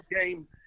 game